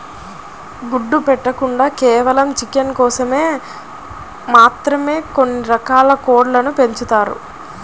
గుడ్లు పెట్టకుండా కేవలం చికెన్ కోసం మాత్రమే కొన్ని రకాల కోడ్లు పెంచబడతాయి